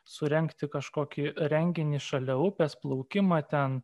surengti kažkokį renginį šalia upės plaukimą ten